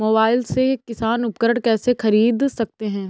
Mobile से किसान उपकरण कैसे ख़रीद सकते है?